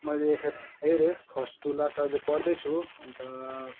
मैले एकखेप हेरेँ फर्स्ट टु लास्ट अहिले पढ्दैछु अन्त